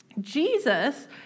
Jesus